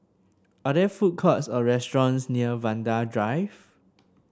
are there food courts or restaurants near Vanda Drive